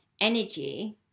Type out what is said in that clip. energy